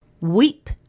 Weep